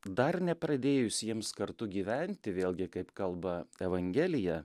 dar nepradėjus jiems kartu gyventi vėlgi kaip kalba evangelija